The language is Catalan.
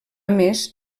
més